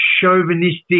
chauvinistic